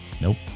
Nope